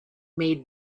made